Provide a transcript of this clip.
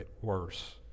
worse